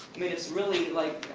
mean, it's really like,